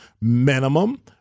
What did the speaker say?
minimum